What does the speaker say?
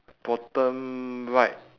bottom right